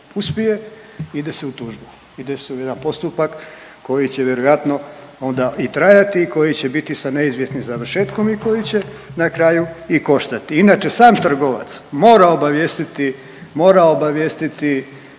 uspije, ide se u tužbu, ide se u jedan postupak koji će vjerojatno onda i trajati i koji će biti sa neizvjesnim završetkom i koji će na kraju i koštati. Inače, sam trgovac mora obavijestiti, mora obavijestiti